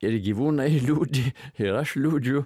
ir gyvūnai liūdi ir aš liūdžiu